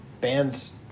bands